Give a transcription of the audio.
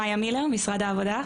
מאיה מילר משרד העבודה,